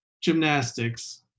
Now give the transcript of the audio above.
gymnastics